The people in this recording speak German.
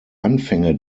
anfänge